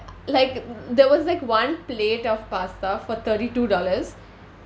like there was like one plate of pasta for thirty two dollars